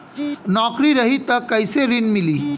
नौकरी रही त कैसे ऋण मिली?